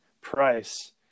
price